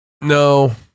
No